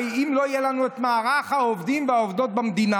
הרי אם לא יהיה לנו את מערך העובדים והעובדות במדינה,